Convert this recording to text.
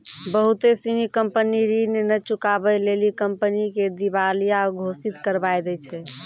बहुते सिनी कंपनी ऋण नै चुकाबै लेली कंपनी के दिबालिया घोषित करबाय दै छै